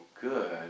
good